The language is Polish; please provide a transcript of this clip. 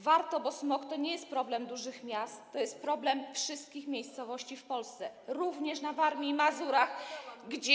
Warto, bo smog to nie jest problem dużych miast, to jest problem wszystkich miejscowości w Polsce, również na Warmii i Mazurach, gdzie.